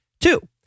Two